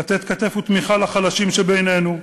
לתת כתף ותמיכה לחלשים שבינינו.